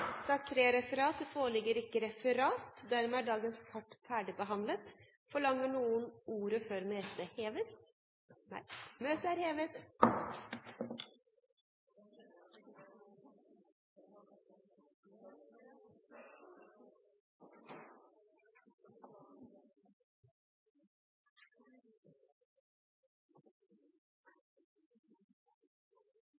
Det foreligger ikke noe referat. Dermed er dagens kart ferdigbehandlet. Forlanger noen ordet før møtet